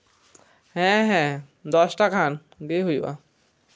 ᱦᱮᱸ ᱦᱮᱸ ᱫᱚᱥᱴᱟ ᱠᱷᱟᱱ ᱜᱮ ᱦᱩᱭᱩᱜᱼᱟ